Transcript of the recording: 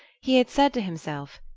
he had said to himself,